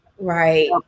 right